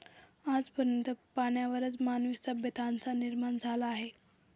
आज पर्यंत पाण्यावरच मानवी सभ्यतांचा निर्माण झाला आहे